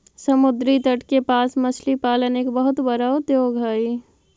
समुद्री तट के पास मछली पालन एक बहुत बड़ा उद्योग हइ